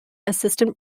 assistant